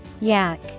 yak